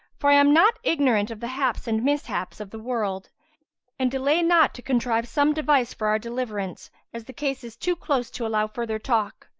for i am not ignorant of the haps and mishaps of the world and delay not to contrive some device for our deliverance, as the case is too close to allow further talk.